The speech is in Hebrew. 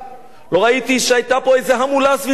לא ראיתי שהיתה פה איזה המולה סביב העניין הזה.